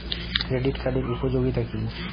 Credit কার্ডের উপযোগিতা কি?